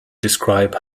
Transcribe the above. describe